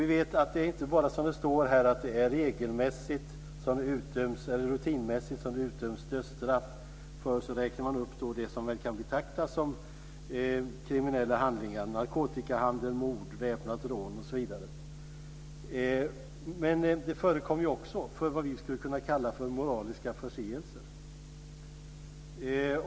Vi vet att det inte bara, som det står här, rutinmässigt utdöms dödsstraff för - man räknar upp det som kan betraktas som kriminella handlingar - narkotikahandel, mord, väpnat rån osv. Det förekommer också för vad vi skulle kunna kalla för moraliska förseelser.